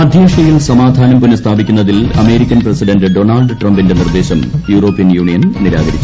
മദ്ധ്യേഷ്യയിൽ സമാധാനം പ്രുന്ന്സ്ഥാപിക്കുന്നതിൽ American president Donald ട്രെംപിന്റെ നിർദ്ദേശം യൂറോപൃൻ യൂണിയൻ നിരാകരിച്ചു